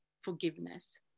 forgiveness